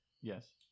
Yes